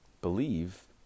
believe